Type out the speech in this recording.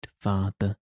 father